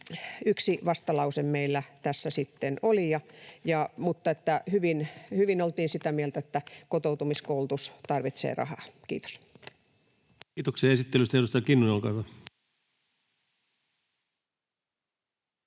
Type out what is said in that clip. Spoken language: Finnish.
Yksi vastalause meillä tässä sitten oli, mutta hyvin oltiin sitä mieltä, että kotoutumiskoulutus tarvitsee rahaa. — Kiitos. [Speech 179] Speaker: Ensimmäinen varapuhemies